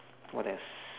what else